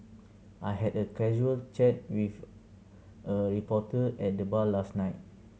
I had a casual chat with a reporter at the bar last night